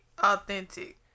Authentic